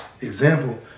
example